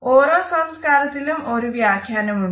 ഓരോ സംസ്കാരത്തിലും ഒരു വ്യാഖ്യാനം ഉണ്ട്